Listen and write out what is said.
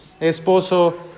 esposo